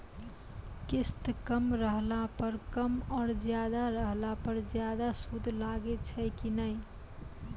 किस्त कम रहला पर कम और ज्यादा रहला पर ज्यादा सूद लागै छै कि नैय?